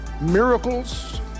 miracles